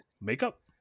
makeup